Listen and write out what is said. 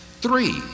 Three